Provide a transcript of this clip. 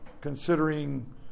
considering